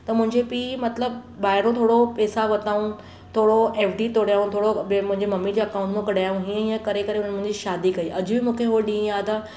त मुंहिंजे पीउ मतिलबु ॿाहिरों थोरो पेसा वरताऊं थोरो ऐफ डी तोड़ियाऊं थोरो ॿिए मुंहिंजे मम्मी जे अकाऊंट मां कढायूं हीअं हीअं करे करे हुननि मुंहिंजी शादी कई अॼु बि मूंखे हू ॾींहुं यादि आहे